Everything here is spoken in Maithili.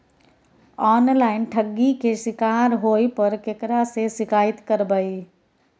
ऑनलाइन ठगी के शिकार होय पर केकरा से शिकायत करबै?